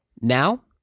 Now